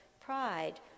pride